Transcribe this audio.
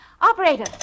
operator